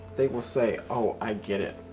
they will say, oh i get it.